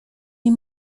nie